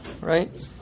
right